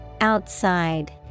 Outside